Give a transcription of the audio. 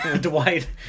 Dwight